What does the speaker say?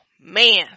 man